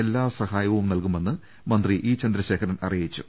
എല്ലാ സഹായവും നൽകുമെന്ന് മന്ത്രി ഇ ചന്ദ്രശേഖ്രൻ അറിയിച്ചു